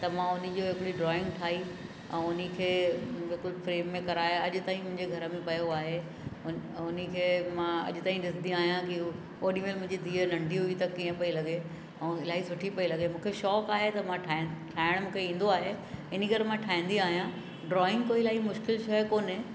त मां उन जो हिकिड़ी ड्रॉइंग ठाही ऐं उन खे बिल्कुलु फ्रेम में करायां अॼु ताईं मुंहिंजे घर में पियो आहे हुन खे मां अॼु ताईं ॾिसंदी आहियां की उहो ओॾीमहिल मुंहिंजी धीअ नंढी हुई त कीअं पई लॻे ऐं इलाही सुठी पई लॻे मूंखे शौक़ु आहे त मां ठाहे ठाहिणु मूंखे ईंदो आहे इन करे मां ठाहींदी आहियां ड्रॉइंग कोई इलाही मुश्किलु शइ कोन्हे